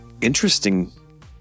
interesting